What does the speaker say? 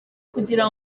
kugira